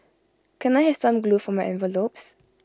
can I have some glue for my envelopes